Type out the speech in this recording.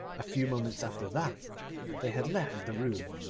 a few moments after that they had left the room,